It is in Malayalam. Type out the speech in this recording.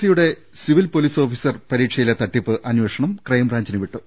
സിയുടെ സിവിൽ പോലീസ് ഓഫീസർ പരീക്ഷയിലെ തട്ടിപ്പ് അന്വേഷണം ക്രൈംബ്രാഞ്ചിന് വിട്ടു